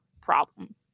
problem